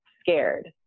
scared